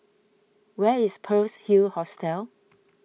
where is Pearl's Hill Hostel